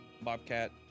Bobcat